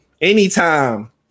Anytime